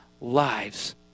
lives